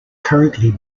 currently